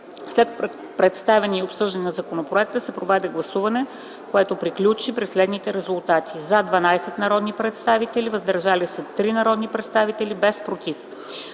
След представяне и обсъждане на законопроекта се проведе гласуване, което приключи при следните резултати: „за” – 12 народни представители, „въздържали се” - 3 народни представители, без „против”.